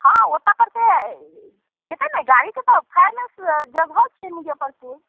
हँ ओत्तऽ परसे होयतै ने गाड़ीके तऽ फाइनेन्स जगह छै मुजफ्फरपुर